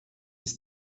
ist